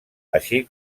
així